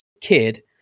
kid